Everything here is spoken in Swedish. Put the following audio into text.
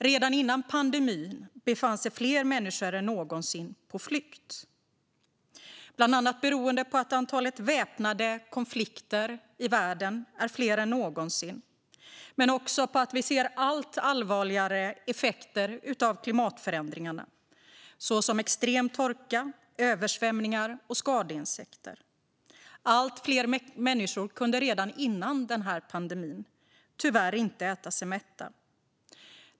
Redan före pandemin befann sig fler människor än någonsin på flykt, bland annat beroende på att de väpnade konflikterna i världen är fler än någonsin men också på att vi ser allt allvarligare effekter av klimatförändringarna, såsom extrem torka, översvämningar och skadeinsekter. Redan före pandemin var det tyvärr allt fler människor som inte kunde äta sig mätta.